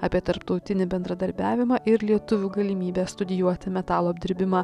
apie tarptautinį bendradarbiavimą ir lietuvių galimybę studijuoti metalo apdirbimą